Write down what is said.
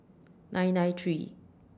nine nine three